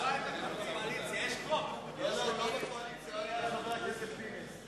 הוא היה ליד חבר הכנסת פינס.